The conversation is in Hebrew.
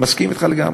אני מסכים אתך לגמרי.